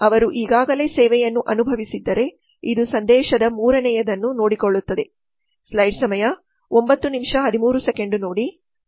ಅವರು ಈಗಾಗಲೇ ಸೇವೆಯನ್ನು ಅನುಭವಿಸಿದ್ದರೆ ಇದು ಸಂದೇಶದ ಮೂರನೆಯದನ್ನು ನೋಡಿಕೊಳ್ಳುತ್ತದೆ